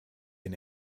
den